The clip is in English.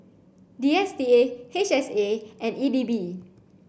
D S T A H S A and E D B